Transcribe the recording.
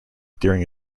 during